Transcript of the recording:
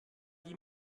die